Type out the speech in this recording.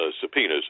subpoenas